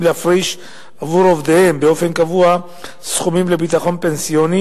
להפריש עבור עובדיהם באופן קבוע סכומים לביטחון פנסיוני,